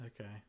Okay